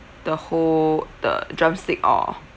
the whole the drumstick or